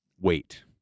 wait